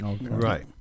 right